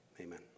amen